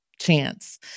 chance